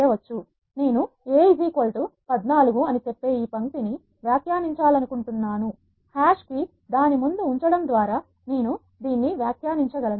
నేను a14 అని చెప్పే ఈ పంక్తిని వ్యాఖ్యానించా లను కుంటున్నాను హాష్ కి దాని ముందు ఉంచడం ద్వారా నేను వ్యాఖ్యానించగలను